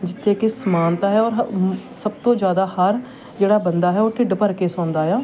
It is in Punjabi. ਜਿੱਥੇ ਕਿ ਸਮਾਨਤਾ ਹੈ ਔਰ ਹ ਸਭ ਤੋਂ ਜ਼ਿਆਦਾ ਹਰ ਜਿਹੜਾ ਬੰਦਾ ਹੈ ਉਹ ਢਿੱਡ ਭਰ ਕੇ ਸੌਂਦਾ ਹੈ